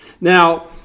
Now